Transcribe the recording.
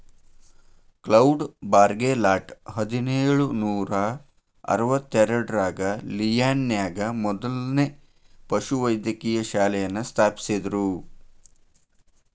cloud Bourgelat ಹದಿನೇಳು ನೂರಾ ಅರವತ್ತೆರಡರಾಗ ಲಿಯಾನ್ ನ್ಯಾಗ ಮೊದ್ಲನೇ ಪಶುವೈದ್ಯಕೇಯ ಶಾಲೆಯನ್ನ ಸ್ಥಾಪಿಸಿದ್ರು